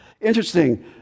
Interesting